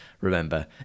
remember